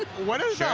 what is yeah